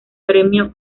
premio